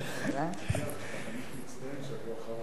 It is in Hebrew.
חניך מצטיין שבוע אחרון,